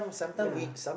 ya